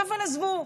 אבל עזבו.